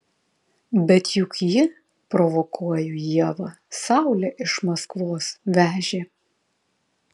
bet juk ji provokuoju ievą saulę iš maskvos vežė